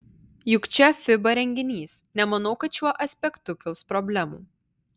juk čia fiba renginys nemanau kad šiuo aspektu kils problemų